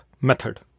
method